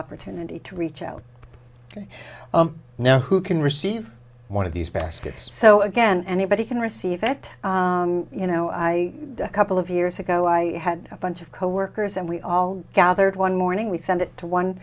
opportunity to reach out now who can receive one of these baskets so again anybody can receive it you know i couple of years ago i had a bunch of coworkers and we all gathered one morning we sent it to one